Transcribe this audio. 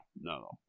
no